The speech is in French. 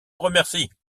remercie